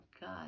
god